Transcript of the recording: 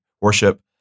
worship